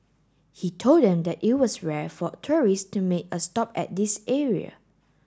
he told them that it was rare for tourist to make a stop at this area